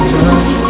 touch